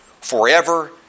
forever